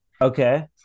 Okay